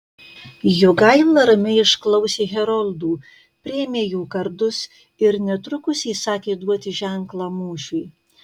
jogaila ramiai išklausė heroldų priėmė jų kardus ir netrukus įsakė duoti ženklą mūšiui